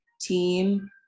team